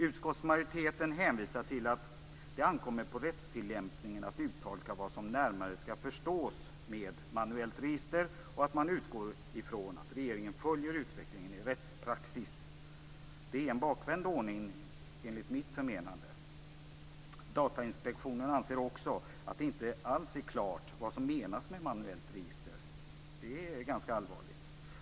Utskottsmajoriteten hänvisar till att det ankommer på rättstillämpningen att uttolka vad som närmare skall förstås med manuellt register och utgår från att regeringen följer utvecklingen i rättspraxis. Det är en bakvänd ordning, enligt mitt förmenande. Datainspektionen anser också att det inte alls är klart vad som menas med manuellt register, vilket är ganska allvarligt.